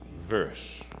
verse